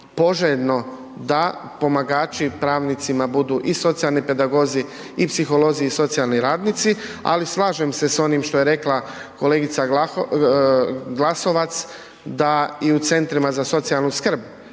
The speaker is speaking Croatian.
poželjno da pomagači pravnicima budu i socijalni pedagozi i psiholozi i socijalni radnici. Ali slažem se s onim što je rekla kolegica Glasovac da i u centrima za socijalnu skrb